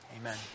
Amen